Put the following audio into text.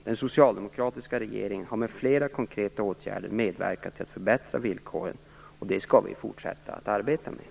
Den socialdemokratiska regeringen har med flera konkreta åtgärder medverkat till att förbättra villkoren, och det skall vi fortsätta att arbeta med.